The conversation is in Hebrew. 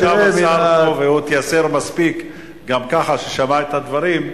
והוא התייסר מספיק גם ככה כשהוא שמע את הדברים.